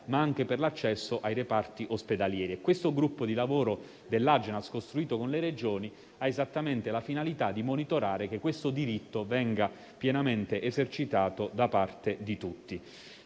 ma anche per l'accesso ai reparti ospedalieri. Questo gruppo di lavoro dell'Agenas, costituito con le Regioni, ha esattamente la finalità di monitorare che questo diritto venga pienamente esercitato da parte di tutti.